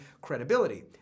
credibility